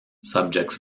subjects